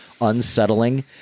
unsettling